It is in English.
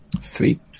Sweet